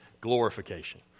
glorification